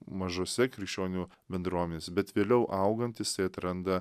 mažose krikščionių bendruomenėse bet vėliau augantys tai atranda